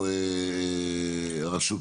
למשל,